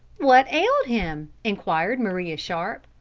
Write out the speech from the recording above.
what ailed him? inquired maria sharp.